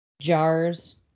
jars